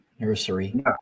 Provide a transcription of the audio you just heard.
nursery